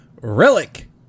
relic